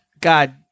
God